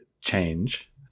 change